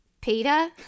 Peter